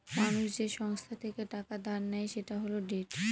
মানুষ যে সংস্থা থেকে টাকা ধার নেয় সেটা হল ডেট